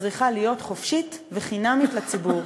צריכה להיות חופשית וחינמית לציבור.